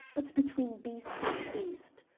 but between beast and beast.